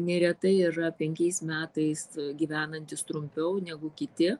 neretai yra penkiais metais gyvenantys trumpiau negu kiti